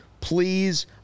please –